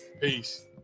Peace